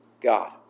God